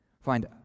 Find